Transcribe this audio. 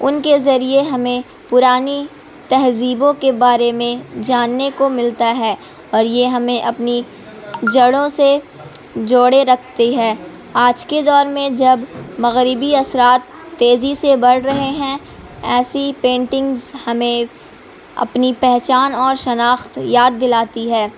ان کے ذریعے ہمیں پرانی تہذیبوں کے بارے میں جاننے کو ملتا ہے اور یہ ہمیں اپنی جڑوں سے جوڑے رکھتی ہے آج کے دور میں جب مغربی اثرات تیزی سے بڑھ رہے ہیں ایسی پینٹنگز ہمیں اپنی پہچان اور شناخت یاد دلاتی ہے